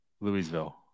Louisville